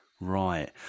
Right